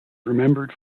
remembered